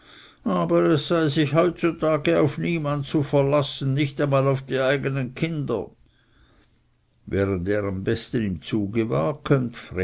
aber es sei sich heutzutage auf niemand zu verlassen nicht einmal auf die eigenen kinder während er am besten im zuge war